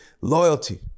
Loyalty